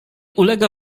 ulega